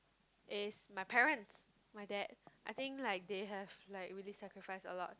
is my parents my dad I think like they have like really sacrifice a lot